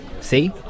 See